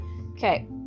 Okay